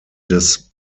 des